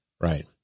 Right